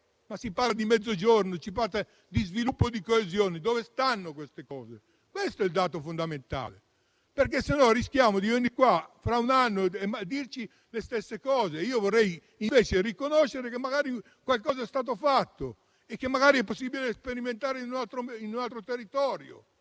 Si parla di Mezzogiorno, di sviluppo e di coesione: dove sono questi progetti? Questo è il dato fondamentale, altrimenti rischiamo di tornare qui fra un anno a ripeterci le stesse cose. Vorrei invece riconoscere che magari qualcosa è stato fatto e che è possibile sperimentare in un altro territorio.